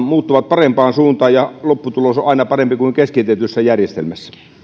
muuttuvat parempaan suuntaan ja lopputulos on aina parempi kuin keskitetyssä järjestelmässä